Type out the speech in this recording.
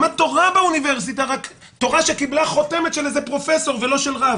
למד תורה באוניברסיטה רק תורה שקיבלה חותמת של איזה פרופסור ולא של רב,